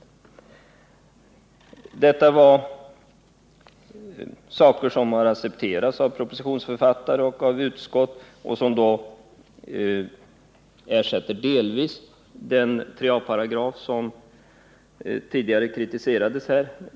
Det är synpunkter som har accepterats av propositionsförfattare och utskott, och reglerna ersätter delvis den 3 a § som tidigare kritiserades här.